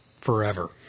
forever